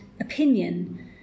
opinion